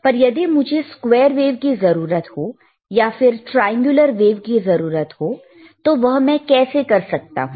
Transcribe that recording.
पर यदि मुझे स्क्वेयर वेव की जरूरत हो या फिर ट्रायंगुलर वेव की जरूरत हो तो वह मैं कैसे कर सकता हूं